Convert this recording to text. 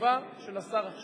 שעליית מחירי